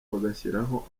bagashyiraho